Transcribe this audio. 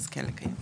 כן לקיים.